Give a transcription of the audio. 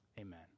Amen